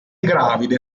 gravide